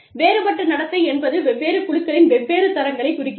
வேறுபட்ட நடத்தை என்பது வெவ்வேறு குழுக்களின் வெவ்வேறு தரங்களைக் குறிக்கிறது